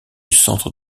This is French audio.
centre